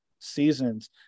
seasons